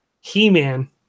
He-Man